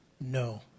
No